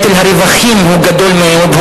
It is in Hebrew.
ונטל הרווחים הוא גדול מאוד,